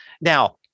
now